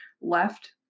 left